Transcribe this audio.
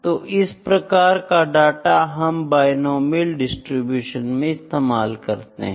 तो इस प्रकार का डाटा हम बिनोमियल डिसटीब्यूशन में इस्तेमाल करते हैं